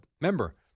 remember